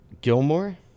Gilmore